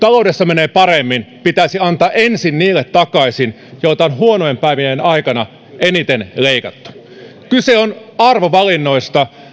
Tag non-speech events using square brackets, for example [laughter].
[unintelligible] taloudessa menee paremmin pitäisi antaa ensin niille takaisin joilta on huonojen päivien aikana eniten leikattu kyse on arvovalinnoista